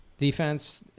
Defense